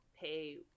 pay